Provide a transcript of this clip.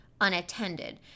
unattended